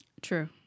True